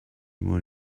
mwyn